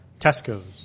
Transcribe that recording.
Tesco's